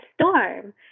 storm